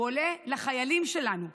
הוא עולה לחיילים שלנו,